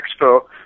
Expo